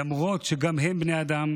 למרות שגם הם בני אדם,